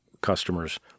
customers